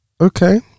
Okay